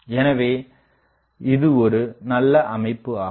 எனவே இது ஒரு நல்ல அமைப்பு ஆகும்